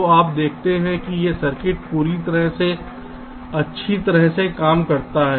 तो आप देखते हैं कि यह सर्किट पूरी तरह से अच्छी तरह से काम करता है